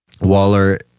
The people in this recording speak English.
Waller